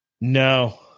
No